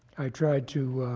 i tried to